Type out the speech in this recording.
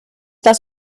das